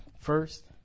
first